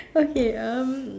okay um